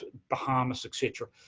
bahamas, etc.